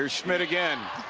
schmidt again